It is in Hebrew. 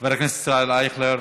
חבר הכנסת ישראל אייכלר,